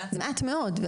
זה מעט מאוד.